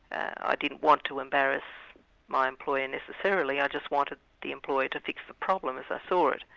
i didn't want to embarrass my employer necessarily, i just wanted the employer to fix the problem, as i saw it.